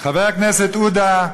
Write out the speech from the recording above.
חבר הכנסת עודה,